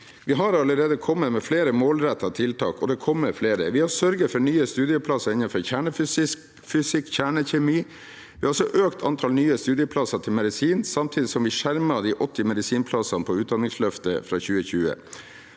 Vi har allerede kommet med flere målrettede tiltak, og det kommer flere. Vi har sørget for nye studieplasser innenfor kjernefysikk og kjernekjemi. Vi har også økt antall nye studieplasser innenfor medisin, samtidig som vi skjermer de 80 medisinplassene i Utdanningsløftet fra 2020.